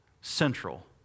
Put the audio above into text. central